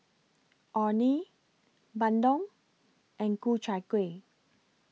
Orh Nee Bandung and Ku Chai Kueh